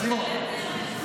סימון,